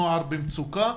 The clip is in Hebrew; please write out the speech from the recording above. נוער במצוקה,